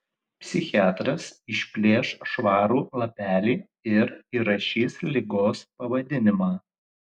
psichiatras išplėš švarų lapelį ir įrašys ligos pavadinimą